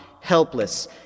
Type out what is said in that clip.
helpless